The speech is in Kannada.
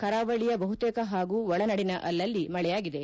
ಕರಾವಳಿಯ ಬಹುತೇಕ ಹಾಗೂ ಒಳನಾಡಿನ ಅಲ್ಲಲ್ಲಿ ಮಳೆಯಾಗಿದೆ